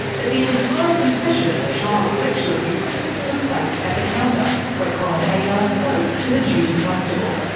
that the entire confession of child sexual abuse took place at the counter where colin haggar spoke to the duty constable.